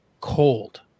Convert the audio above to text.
cold